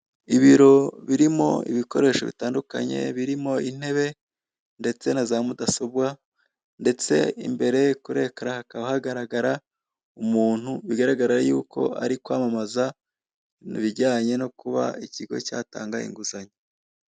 Ibiro birimo ibikoresho bitandukanye, birimo intebe ndetse na za mudasobwa, ndetse imbere kuri ekara hakaba hagaragara umuntu, bigaragara yuko ari kwamamaza ibijyanye no kuba ikigo cyatanga inguzanyo.